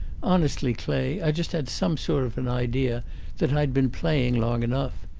honestly, clay, i just had some sort of an idea that i'd been playing long enough.